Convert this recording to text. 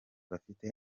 bafite